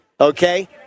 Okay